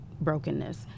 brokenness